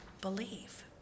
believe